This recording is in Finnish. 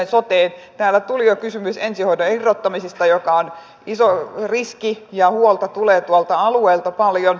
täällä tuli jo kysymys ensihoidon irrottamisesta joka on iso riski ja huolta tulee tuolta alueilta paljon